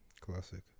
Classic